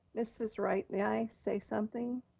mrs. wright, may i say something?